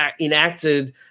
enacted